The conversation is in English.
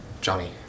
Johnny